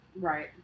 Right